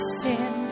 sin